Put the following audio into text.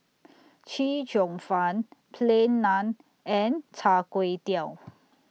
Chee Cheong Fun Plain Naan and Char Kway Teow